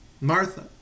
Martha